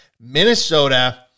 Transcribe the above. Minnesota